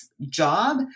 job